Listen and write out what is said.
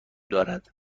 دارد